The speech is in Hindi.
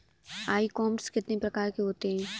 ई कॉमर्स कितने प्रकार के होते हैं?